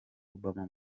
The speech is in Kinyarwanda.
obama